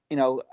you know,